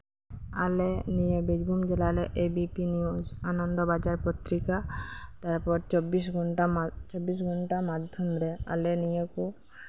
ᱟᱞᱮ ᱱᱤᱭᱟᱹ ᱵᱤᱨᱵᱷᱩᱢ ᱡᱮᱞᱟ ᱨᱮ ᱮᱵᱤᱯᱤ ᱱᱤᱭᱩᱡ ᱟᱱᱚᱱᱫᱚ ᱵᱟᱡᱟᱨ ᱯᱚᱛᱨᱤᱠᱟ ᱛᱟᱨᱯᱚᱨ ᱪᱚᱵᱵᱤᱥ ᱜᱷᱚᱱᱴᱟ ᱢᱟᱫᱽᱫᱷᱚᱢ ᱨᱮ ᱟᱞᱮ ᱱᱤᱭᱟᱹ ᱠᱚ